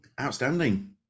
outstanding